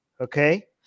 okay